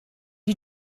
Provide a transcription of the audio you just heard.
you